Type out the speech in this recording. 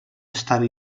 estava